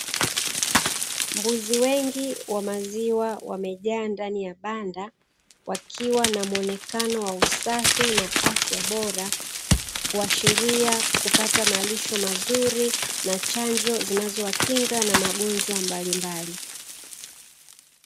Mbuzi wengi wa maziwa wamejaa ndani ya banda wakiwa na muonekano wa usafi na afya bora kuashiria kupata malisho mazuri na chanjo zinazowakinga na magonjwa mbalimbali.